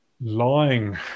lying